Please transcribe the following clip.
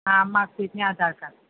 હા માર્કસીટ ને આધાર કાર્ડ